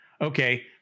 Okay